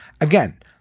again